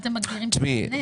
לטענתכם,